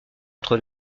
entre